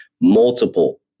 multiple